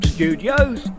Studios